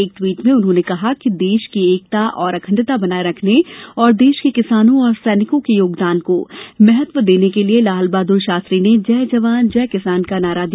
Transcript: एक ट्वीट में उन्होंने कहा कि देश की एकता और अखंडता बनाये रखने और देश को किसानों और सैनिकों के योगदान को महत्व देने के लिये लालबहाद्र शास्त्री ने जय जवान जय किसान का नारा दिया